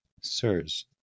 sirs